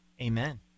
Amen